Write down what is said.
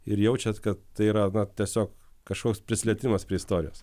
ir jaučiat kad tai yra na tiesiog kažkoks prisilietimas prie istorijos